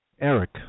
Eric